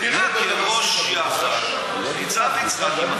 עניתי לראש יאח"ה, ניצב יצחקי,